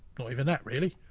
not even that, really.